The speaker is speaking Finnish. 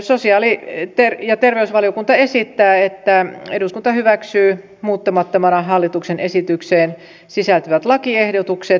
sosiaali ja terveysvaliokunta esittää että eduskunta hyväksyy muuttamattomana hallituksen esitykseen sisältyvät lakiehdotukset